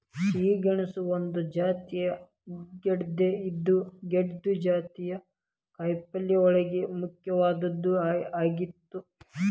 ಸಿಹಿ ಗೆಣಸು ಒಂದ ಜಾತಿಯ ಗೆಡ್ದೆ ಇದು ಗೆಡ್ದೆ ಜಾತಿಯ ಕಾಯಪಲ್ಲೆಯೋಳಗ ಮುಖ್ಯವಾದದ್ದ ಆಗೇತಿ